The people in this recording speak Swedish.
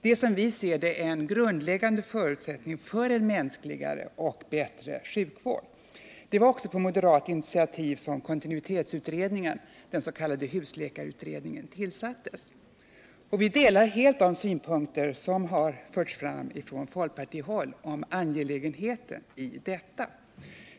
Det är, som vi ser det, en grundläggande förutsättning för en mänskligare och bättre sjukvård. Det var också på moderat initiativ som kontinuitetsutredningen, den s.k. husläkarutredningen, tillsattes. Vi delar helt de synpunkter som har förts fram från folkpartihåll om angelägenheten i detta.